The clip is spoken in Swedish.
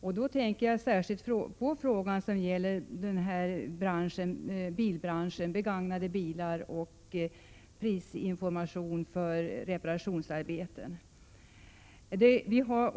Jag tänker särskilt på branschen för begagnade bilar och prisinformation för reparationsarbeten.